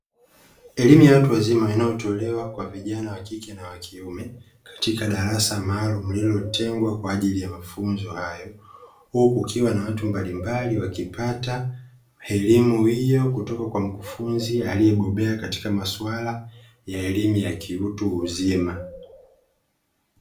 Elimu ya watu wazima inayotolewa kwa vijana wa kike na wa kiume, katika darasa maalumu lililotengwa kwa ajili ya mafunzo hayo, huku kukiwa na watu mbalimbali wakipata elimu hiyo kutoka kwa mkufunzi aliyebobea katika masuala ya elimu ya kiutu uzima.